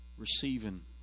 receiving